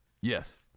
Yes